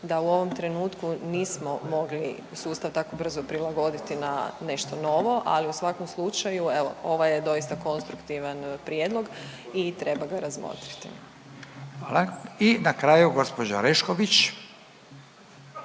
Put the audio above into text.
da u ovom trenutku nismo mogli sustav tako brzo prilagoditi na nešto novo. Ali u svakom slučaju evo ovo je doista konstruktivan prijedlog i treba ga razmotriti. **Radin, Furio